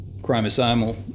chromosomal